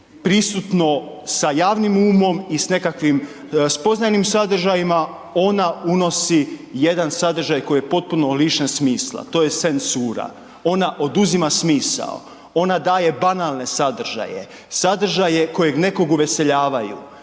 prisutno sa javnim umom i s nekakvim spoznajnim sadržajima, ona unosi jedan sadržaj koji je potpuno lišen smisla, to je senssura, ona oduzima smisao. Ona daje banalne sadržaje, sadržaje kojeg uveseljavaju.